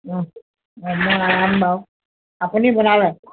অঁ অঁ মই আৰাম বাৰু আপুনি বনালে